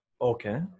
Okay